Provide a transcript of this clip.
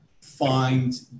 find